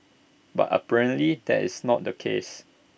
but apparently that is not the case